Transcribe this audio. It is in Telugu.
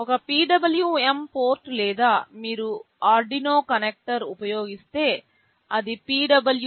ఒక PWM పోర్ట్ లేదా మీరు ఆర్డునో కనెక్టర్ ఉపయోగిస్తే అది PWMD3 అని వ్రాయబడుతుంది